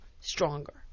stronger